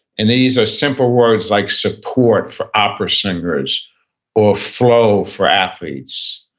and these are simple words like support for opera singers or flow for athletes,